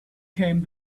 came